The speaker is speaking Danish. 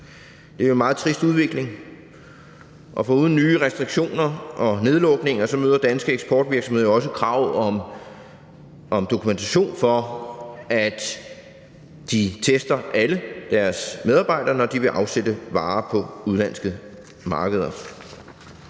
Det er en meget trist udvikling. Foruden nye restriktioner og nedlukninger møder danske eksportvirksomheder jo også krav om dokumentation for, at de tester alle deres medarbejdere, når de vil afsætte varer på udenlandske markeder.